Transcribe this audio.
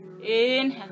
inhale